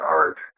art